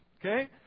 Okay